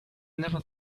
never